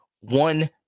one